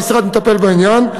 המשרד מטפל בעניין.